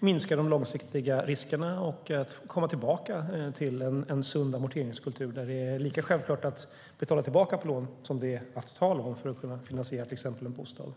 minska de långsiktiga riskerna och komma tillbaka till en sund amorteringskultur där det är lika självklart att betala tillbaka på lån som det är att ta lån för att kunna finansiera till exempel en bostad.